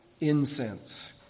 incense